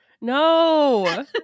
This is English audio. no